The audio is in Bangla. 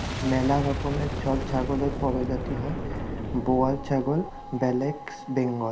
ম্যালা রকমের ছব ছাগলের পরজাতি হ্যয় বোয়ার ছাগল, ব্যালেক বেঙ্গল